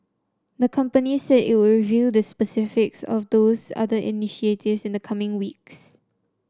the company said it would reveal the specifics of those other initiatives in the coming weeks